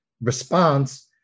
response